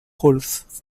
holes